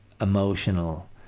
emotional